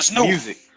music